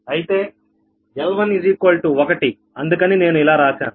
అయితే L11 అందుకని నేను ఇలా రాశాను